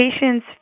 patients